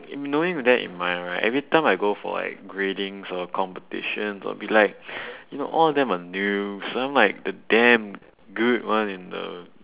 knowing that in mind right every time I go for like gradings or competitions I'll be like you know all of them are noobs and I'm like the damn good one in the